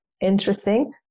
interesting